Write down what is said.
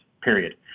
period